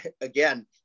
again